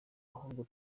ahubwo